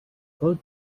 could